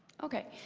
okay.